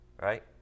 right